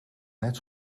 net